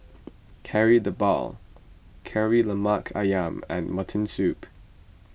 Kari Debal Kari Lemak Ayam and Mutton Soup